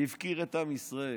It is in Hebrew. והפקיר את עם ישראל.